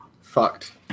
fucked